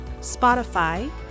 Spotify